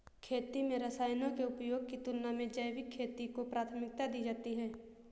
खेती में रसायनों के उपयोग की तुलना में जैविक खेती को प्राथमिकता दी जाती है